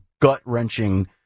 gut-wrenching